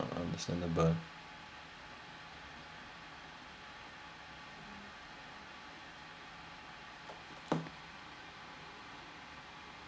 understandable